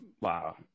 wow